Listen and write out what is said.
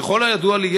ככל הידוע לי,